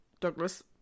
Douglas